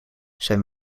zijn